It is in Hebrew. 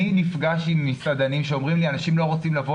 אני נפגש עם מסעדנים שאומרים לי: אנשים לא רוצים לבוא